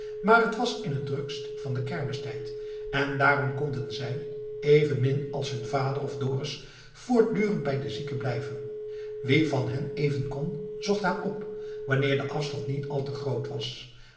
maar t was in t drukst van den kermistijd en daarom konden zij evenmin als hun vader of dorus voortdurend bij de zieke blijven wie van hen even kon zocht haar op wanneer de afstand niet al te groot was